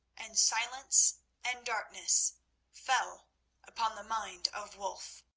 and silence and darkness fell upon the mind of wulf.